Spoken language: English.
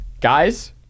Guys